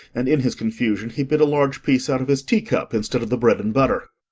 and in his confusion he bit a large piece out of his teacup instead of the bread-and-butter.